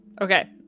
Okay